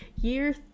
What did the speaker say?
year